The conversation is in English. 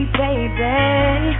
baby